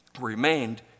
remained